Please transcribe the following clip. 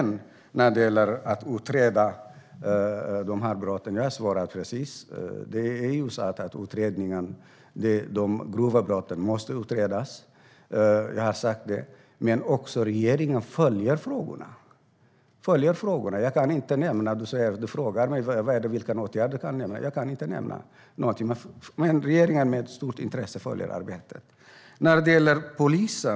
När det gäller att utreda de här brotten svarade jag precis att de grova brotten måste utredas. Det har jag sagt. Regeringen följer också frågorna. Om du ber mig nämna åtgärder kan jag inte nämna några. Men regeringen följer arbetet med stort intresse.